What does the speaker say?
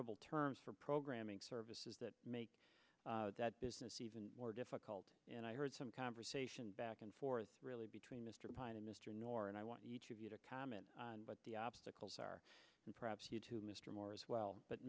fordable terms for programming services that make that business even more difficult and i heard some conversation back and forth really between mr pyne and mr nor and i want each of you to comment but the obstacles are and perhaps to mr moore as well but